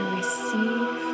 receive